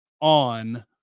on